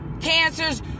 Cancers